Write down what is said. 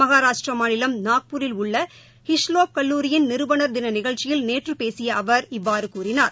மகாராஷ்டிரா மாநிலம் நாக்பூரில் உள்ள ஹிஷ்லோப் கல்லூரியின் நிறுவனர் தின நிகழ்ச்சியில் நேற்று பேசிய அவர் இவ்வாறு கூறினார்